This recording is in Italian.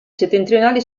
settentrionali